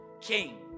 king